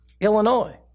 Illinois